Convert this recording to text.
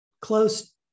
close